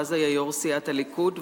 שאז היה יושב-ראש סיעת הליכוד,